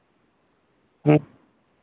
ᱦᱮᱸ